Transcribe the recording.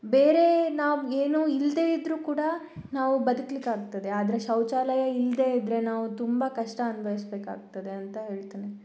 ಬೇರೆ ನಾವು ಏನು ಇಲ್ಲದೆ ಇದ್ರೂ ಕೂಡ ನಾವು ಬದುಕ್ಲಿಕ್ಕೆ ಆಗ್ತದೆ ಆದರೆ ಶೌಚಾಲಯ ಇಲ್ಲದೆ ಇದ್ದರೆ ನಾವು ತುಂಬ ಕಷ್ಟ ಅನುಭವಿಸ್ಬೇಕಾಗ್ತದೆ ಅಂತ ಹೇಳ್ತೇನೆ